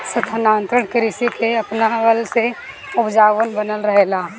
स्थानांतरण कृषि के अपनवला से उपजाऊपन बनल रहेला